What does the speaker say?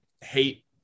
hate